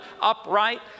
upright